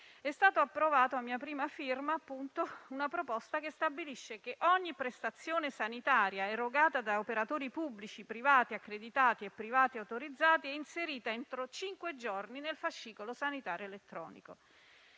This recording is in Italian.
È stata approvata, a mia prima firma, una proposta che stabilisce che ogni prestazione sanitaria erogata da operatori pubblici, privati accreditati e privati autorizzati, sia inserita entro cinque giorni nel fascicolo sanitario elettronico.